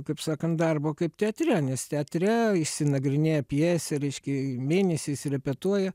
kaip sakant darbo kaip teatre nes teatre išsinagrinėję pjesę reiškia mėnesiais repetuoja